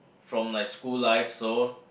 from my school life so